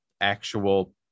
actual